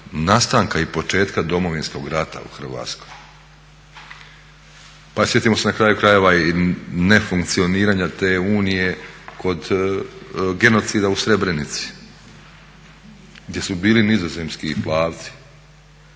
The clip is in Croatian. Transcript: nastanka i početka Domovinskog rata u Hrvatskoj. Pa sjetimo se na kraju krajeva i nefunkcioniranja te Unije kod genocida u Srebrenici gdje su bili nizozemski "plavci"